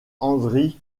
hendrik